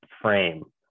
frame